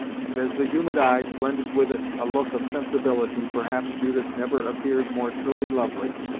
and as the humid eyes blended with it a look of sensibility, perhaps judith never appeared more truly lovely,